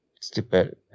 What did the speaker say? stupid